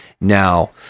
now